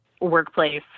workplace